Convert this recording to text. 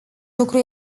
lucru